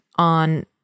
On